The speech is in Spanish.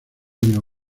video